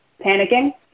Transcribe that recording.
panicking